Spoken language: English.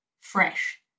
fresh